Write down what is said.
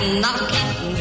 knocking